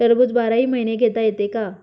टरबूज बाराही महिने घेता येते का?